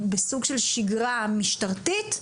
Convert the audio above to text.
בסוג של שגרה משטרתית,